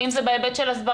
ואם זה בהיבט של הסברה,